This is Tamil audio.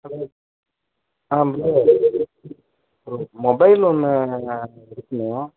hello ah bro bro mobile ஒன்று எடுக்கணும்